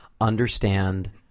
understand